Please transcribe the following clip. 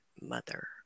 mother